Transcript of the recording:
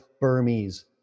burmese